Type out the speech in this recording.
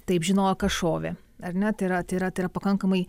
taip žinojo kas šovė ar ne tai yra tai yra tai yra pakankamai